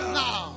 now